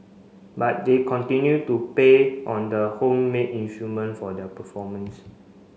but they continue to pay on the homemade instrument for their performance